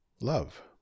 love